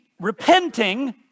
repenting